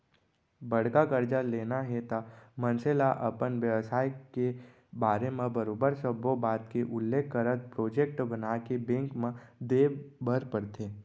बड़का करजा लेना हे त मनसे ल अपन बेवसाय के बारे म बरोबर सब्बो बात के उल्लेख करत प्रोजेक्ट बनाके बेंक म देय बर परथे